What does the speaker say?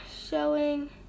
showing